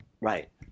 right